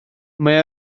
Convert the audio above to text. mae